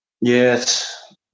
Yes